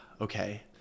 okay